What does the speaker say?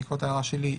בעקבות הערה שלי,